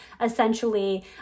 essentially